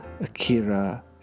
Akira